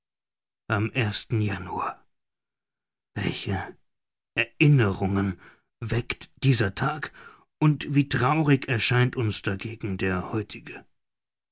am januar welche erinnerungen weckt dieser tag und wie traurig erscheint uns dagegen der heutige